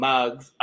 Mugs